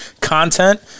content